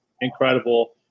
incredible